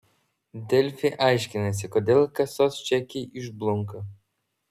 delfi aiškinasi kodėl kasos čekiai išblunka